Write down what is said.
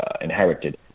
inherited